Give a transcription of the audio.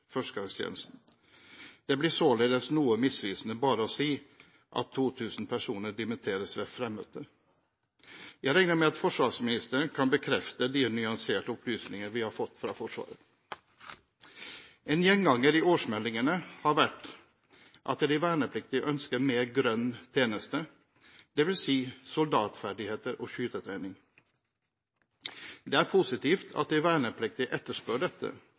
blir således noe misvisende bare å si at 2 000 personer dimitteres ved fremmøte. Jeg regner med at forsvarsministeren kan bekrefte de nyanserte opplysninger vi har fått fra Forsvaret. En gjenganger i årsmeldingene har vært at de vernepliktige ønsker mer «grønn tjeneste», dvs. soldatferdigheter og skytetrening. Det er positivt at de vernepliktige etterspør dette,